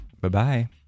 Bye-bye